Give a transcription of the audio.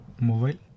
Mobile